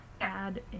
Add